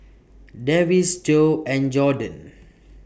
Davis Jo and Jordon